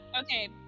okay